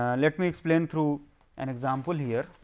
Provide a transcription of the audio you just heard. ah let me explain through an example here.